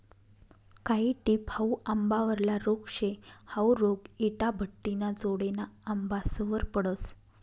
कायी टिप हाउ आंबावरला रोग शे, हाउ रोग इटाभट्टिना जोडेना आंबासवर पडस